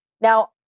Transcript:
Now